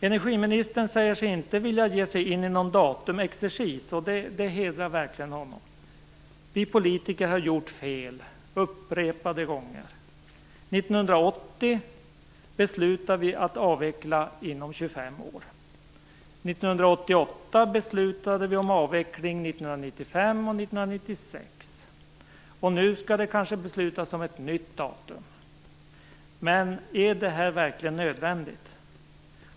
Energiministern säger sig inte vilja ge sig in i någon datumexercis, och det hedrar honom. Vi politiker har gjort fel upprepade gånger. 1980 beslutade vi att avveckla inom 25 år, 1988 beslutade vi om avveckling 1995 och 1996 och nu skall det kanske beslutas om ett nytt datum. Men är detta verkligen nödvändigt?